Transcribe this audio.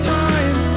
time